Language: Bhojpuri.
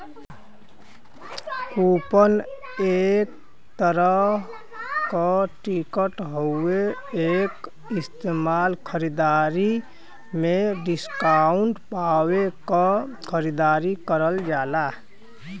कूपन एक तरह क टिकट हउवे एक इस्तेमाल खरीदारी में डिस्काउंट पावे क खातिर करल जाला